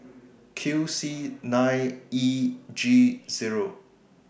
Q C nine E G Zero